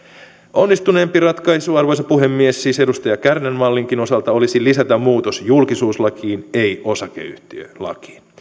onnistuneempi ratkaisu arvoisa puhemies siis edustaja kärnän mallinkin osalta olisi lisätä muutos julkisuuslakiin ei osakeyhtiölakiin